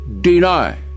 deny